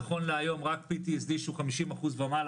נכון להיום רק PTSD שהוא 50 אחוז ומעלה